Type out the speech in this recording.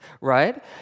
right